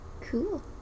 Cool